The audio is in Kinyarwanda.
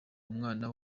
umwana